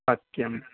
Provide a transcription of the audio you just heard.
सत्यम्